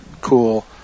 cool